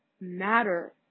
matter